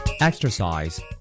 Exercise